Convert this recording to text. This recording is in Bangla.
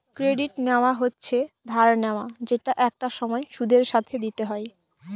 ক্রেডিট নেওয়া হচ্ছে ধার নেওয়া যেটা একটা সময় সুদের সাথে দিতে হয়